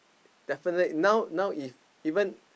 definitely now now if even